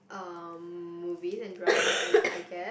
um movies and drama I I guess